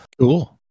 Cool